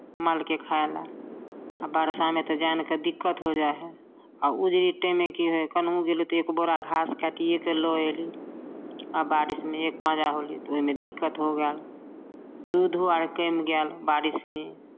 मालकेँ खाइ लए आ वर्षामे तऽ जानि कऽ दिक्कत हो जाइ हइ आ ओ जे टाइममे की होइ हइ केन्हूँ गेली तऽ एक बोरा घास काटिए कऽ लऽ अयली आ बारिशमे एक पाँजा होली तऽ ओहिमे दिक्कत हो गएल दूधो अर कम गएल बारिशमे